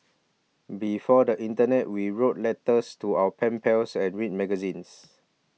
before the internet we wrote letters to our pen pals and read magazines